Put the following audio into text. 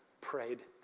prayed